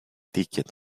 ticket